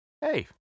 Hey